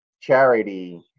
charity